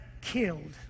killed